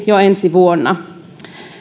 jo ensi vuonna